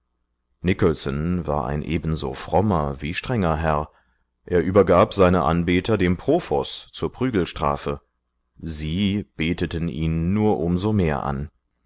nicholson war ein ebenso frommer wie strenger herr er übergab seine anbeter dem profoß zur prügelstrafe sie beteten ihn nur um so mehr an